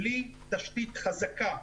בלי תשתית חזקה,